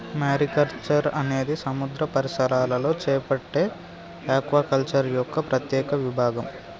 mariculture అనేది సముద్ర పరిసరాలలో చేపట్టే ఆక్వాకల్చర్ యొక్క ప్రత్యేక విభాగం